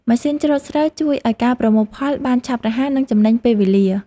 ម៉ាស៊ីនច្រូតស្រូវជួយឱ្យការប្រមូលផលបានឆាប់រហ័ស និងចំណេញពេលវេលា។